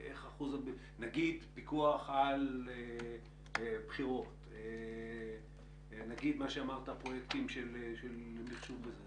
נגיד פיקוח על בחירות או פרויקטים של מחשוב וכד',